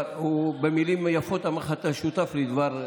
במילים יפות הוא אמר לך: אתה שותף לדבר,